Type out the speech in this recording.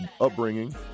upbringing